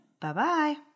Bye-bye